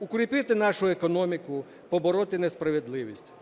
укріпити нашу економіку, побороти несправедливість.